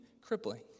crippling